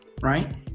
Right